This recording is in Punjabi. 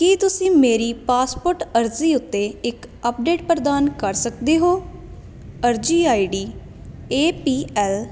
ਕੀ ਤੁਸੀਂ ਮੇਰੀ ਪਾਸਪੋਰਟ ਅਰਜ਼ੀ ਉੱਤੇ ਇੱਕ ਅੱਪਡੇਟ ਪ੍ਰਦਾਨ ਕਰ ਸਕਦੇ ਹੋ ਅਰਜ਼ੀ ਆਈਡੀ ਏ ਪੀ ਐਲ